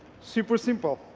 super-simple.